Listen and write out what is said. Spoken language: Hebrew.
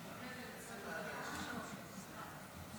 25 בעד, שני